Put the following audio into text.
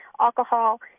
alcohol